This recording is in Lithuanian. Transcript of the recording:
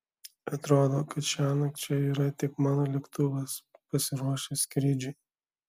atrodo kad šiąnakt čia yra tik mano lėktuvas pasiruošęs skrydžiui